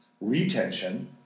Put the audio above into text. retention